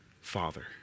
father